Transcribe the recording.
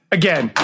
again